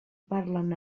parlen